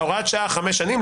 הוראת השעה חמש שנים,